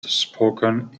spoken